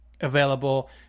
available